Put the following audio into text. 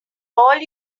all